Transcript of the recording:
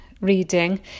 reading